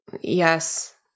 Yes